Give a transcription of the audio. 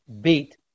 beat